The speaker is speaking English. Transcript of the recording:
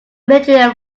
literally